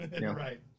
Right